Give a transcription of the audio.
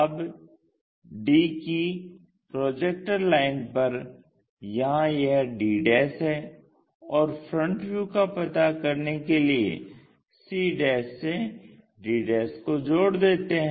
अब d की projector line पर यहां यह d है और फ्रंट व्यू का पता करने के लिए c से d को जोड़ देते हैं